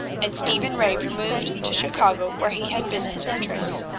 and stephen ray removed to chicago, where he had business interests.